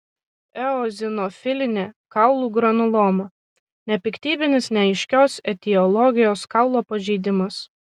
eozinofilinė kaulų granuloma nepiktybinis neaiškios etiologijos kaulo pažeidimas